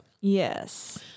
Yes